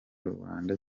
rubanda